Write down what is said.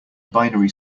binary